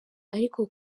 ariko